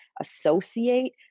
associate